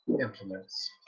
implements